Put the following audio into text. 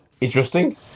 interesting